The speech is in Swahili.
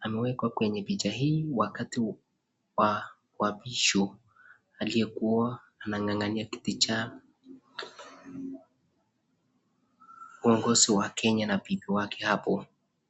amewekwa kwenye picha hii wakati wa kuapishwa aliyekuwa anag'ang'ania kiti cha uongozi wa kenya na bibi wake hapo.